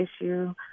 issue